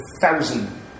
thousand